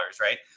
Right